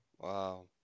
Wow